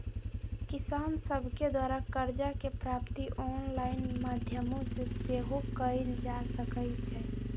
किसान सभके द्वारा करजा के प्राप्ति ऑनलाइन माध्यमो से सेहो कएल जा सकइ छै